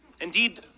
Indeed